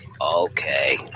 okay